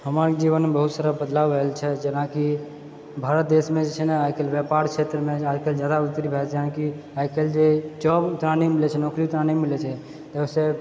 हमार जीवनमे बहुत सारा बदलाव आएल छै जेनाकि भारत देशमे जे छै ने आइकाल्हि व्यापार क्षेत्रमे आइकाल्हि जादा उतरि भए गेल छै जेनाकि आइ काल्हि जे जॉब उतना नहि मिलैत छै नौकरी उतना नहि मिलैत छै जाहिसँ